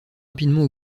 rapidement